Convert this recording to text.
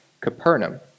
Capernaum